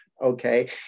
Okay